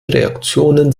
reaktionen